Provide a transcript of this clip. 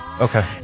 Okay